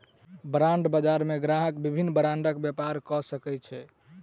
bond बजार मे ग्राहक विभिन्न बांडक व्यापार कय सकै छै